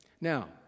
Now